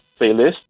playlist